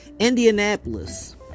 Indianapolis